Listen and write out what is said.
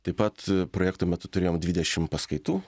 taip pat projekto metu turėjom dvidešim paskaitų